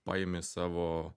paimi savo